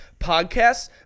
podcasts